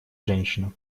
женщина